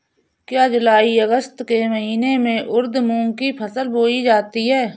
क्या जूलाई अगस्त के महीने में उर्द मूंग की फसल बोई जाती है?